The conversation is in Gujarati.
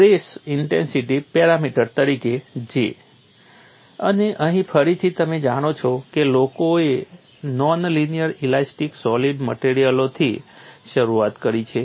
સ્ટ્રેસ ઇન્ટેન્સિટી પેરામીટર તરીકે J અને અહીં ફરીથી તમે જાણો છો કે લોકોએ નોન લિનિયર ઇલાસ્ટિક સોલિડ મટિરિયલોથી શરૂઆત કરી છે